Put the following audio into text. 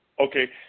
Okay